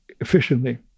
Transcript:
efficiently